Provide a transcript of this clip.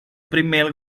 primer